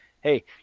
Hey